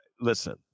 listen